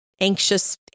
anxious